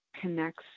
connects